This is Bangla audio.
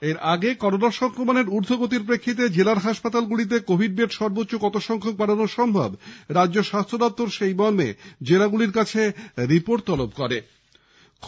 এর আগে করোনা সংক্রমনের ঊর্ধ্বগতির প্রেক্ষিতে জেলার হাসপাতালে কোভিড বেড সর্বোচ্চ কত সংখ্যক বাড়ানো সম্ভব রাজ্য স্বাস্থ্য দপ্তর সেই মর্মে জেলাগুলোর কাছে রিপোর্ট তলব করেছে